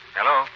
Hello